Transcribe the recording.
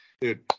dude